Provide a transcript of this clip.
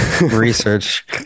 Research